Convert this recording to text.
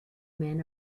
men